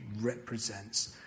represents